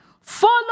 Follow